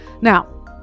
Now